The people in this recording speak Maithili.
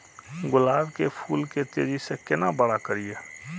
गुलाब के फूल के तेजी से केना बड़ा करिए?